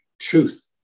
truth